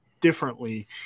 differently